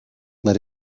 let